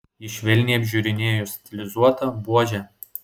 ji švelniai apžiūrinėjo stilizuotą buožę